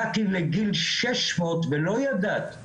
הגעתי לגיל 600 ולא ידעתי